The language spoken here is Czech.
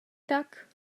tak